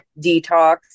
detox